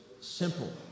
simple